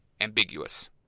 ambiguous